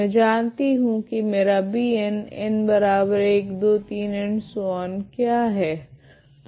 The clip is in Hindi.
मैं जानती हूँ की मेरा Bn n123 क्या है